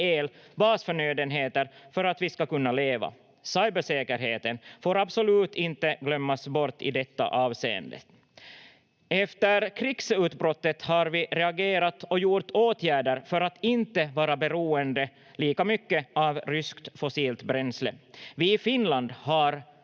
el, basförnödenheter för att vi ska kunna leva. Cybersäkerheten får absolut inte glömmas bort i detta avseende. Efter krigsutbrottet har vi reagerat och gjort åtgärder för att inte vara beroende lika mycket av ryskt fossilt bränsle. Vi i Finland har